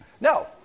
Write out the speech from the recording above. No